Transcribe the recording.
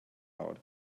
out